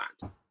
times